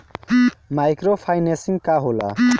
Micro financing का होला?